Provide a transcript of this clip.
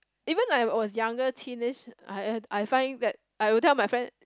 even I was younger teenage I I find that I would tell my friend